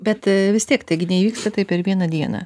bet vis tiek taigi neįvyksta tai per vieną dieną